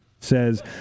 says